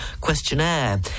questionnaire